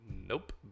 Nope